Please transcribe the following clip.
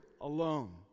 alone